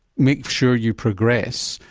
make sure you progress,